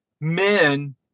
men